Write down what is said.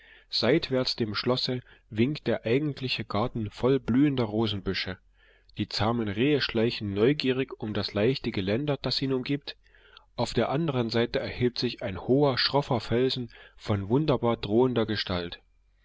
seitwärts dem schlosse winkt der eigentliche garten voll blühender rosenbüsche die zahmen rehe schleichen neugierig um das leichte geländer das ihn umgibt auf der anderen seite erhebt sich ein hoher schroffer felsen von wunderbar drohender gestalt